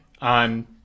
on